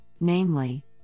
namely